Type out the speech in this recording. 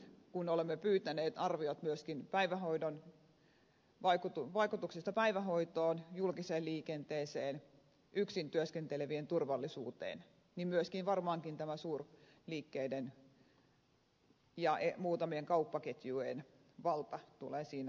kun olemme pyytäneet arviot myöskin vaikutuksista päivähoitoon julkiseen liikenteeseen yksin työskentelevien turvallisuuteen niin varmaankin myös tämä suurliikkeiden ja muutamien kauppaketjujen valta tulee siinä arvioitua